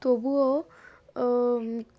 তবুও